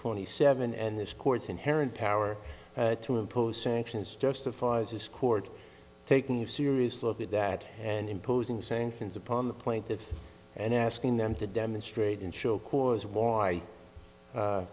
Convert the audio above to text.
twenty seven and this court inherent power to impose sanctions justifies this court taking a serious look at that hand imposing sanctions upon the plaintiff and asking them to demonstrate and show cause why